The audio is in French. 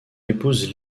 épouse